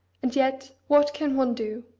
and yet, what can one do?